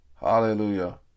Hallelujah